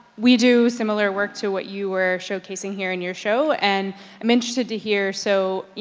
we do similar work to what you were showcasing here in your show, and i'm interested to hear, so, you